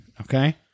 Okay